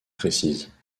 précise